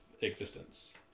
existence